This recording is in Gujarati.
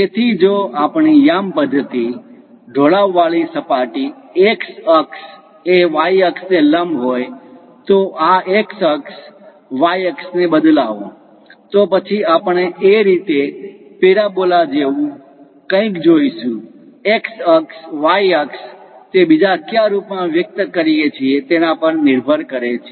તેથી જો આપણી યામ પધ્ધતિ ઢોળાવવાળી સપાટી x અક્ષ એ y અક્ષ ને લંબ હોય તો આ x અક્ષ y અક્ષને બદલાવો તો પછી આપણે એ રીતે પરોબલા જેવું કંઈક જોશું x અક્ષ y અક્ષ તે બીજા ક્યાં રૂપમાં વ્યક્ત કરીએ છીએ તેના પર નિર્ભર કરે છે